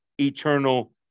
eternal